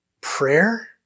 Prayer